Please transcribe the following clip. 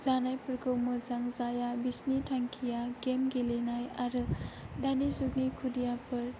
जानायफोरखौ मोजां जाया बिसोरनि थांखिया गेम गेलेनाय आरो दानि जुगनि खुदियाफोर